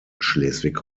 schleswig